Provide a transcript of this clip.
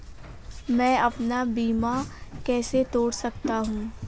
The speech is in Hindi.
मैं अपना बीमा कैसे तोड़ सकता हूँ?